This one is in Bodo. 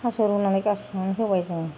थास' रुनानै गारसननानै होबाय जों